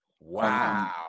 Wow